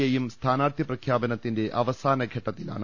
എയും സ്ഥാനാർഥി പ്രഖ്യാപനത്തിന്റെ അവസാന ഘട്ടത്തിലാണ്